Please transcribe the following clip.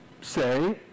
say